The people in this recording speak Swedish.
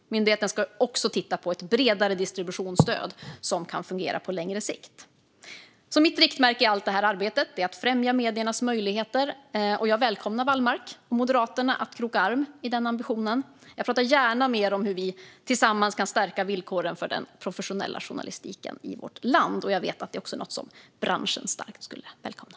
Myndigheten ska också titta på ett bredare distributionsstöd som kan fungera på längre sikt. Mitt riktmärke i allt det arbetet är att främja mediernas möjligheter. Jag välkomnar Wallmark och Moderaterna att kroka arm i den ambitionen. Jag talar gärna mer om hur vi tillsammans kan stärka villkoren för den professionella journalistiken i vårt land. Jag vet att det också är något som branschen starkt skulle välkomna.